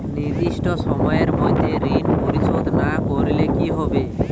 নির্দিষ্ট সময়ে মধ্যে ঋণ পরিশোধ না করলে কি হবে?